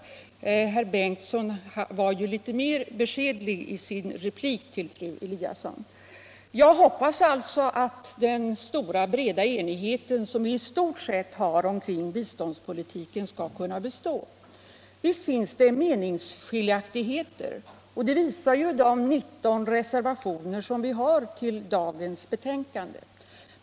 = I sin replik till fru Lewén-Eliasson verkade emellertid herr Bengtson litet mer beskedlig. Jag hoppas alltså att den breda enighet som vi i stort sett har kring biståndspolitiken skall kunna bestå. Visst finns det meningsskiljaktigheter. Det visar ju de 19 reservationerna till dagens betänkande.